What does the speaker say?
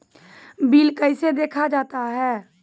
Bill कैसे देखा जाता हैं?